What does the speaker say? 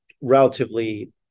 relatively